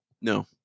No